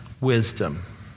wisdom